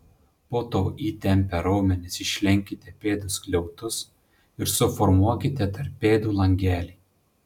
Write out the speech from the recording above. po to įtempę raumenis išlenkite pėdų skliautus ir suformuokite tarp pėdų langelį